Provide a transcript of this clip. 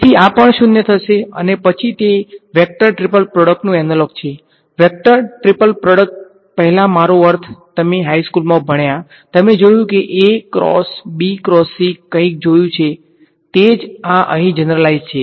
તેથી આ પણ ૦ થશે અને પછી તે વેક્ટર ટ્રિપલ પ્રોડક્ટનું એનાલોગ છે વેક્ટર ટ્રિપલ પ્રોડક્ટ પહેલાં મારો અર્થ તમે હાઇ સ્કૂલમા ભણ્યા તમે જોયું છે કઈક જોયું છે તે જ આ અહીં જનરલાઈઝ છે